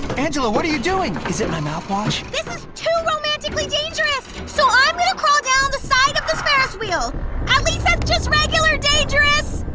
angela, what are you doing? is it my mouthwash? this is too romantically dangerous. so i'm going to crawl down the side of this ferris wheel. at least that's just regular dangerous.